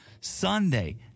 Sunday